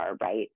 right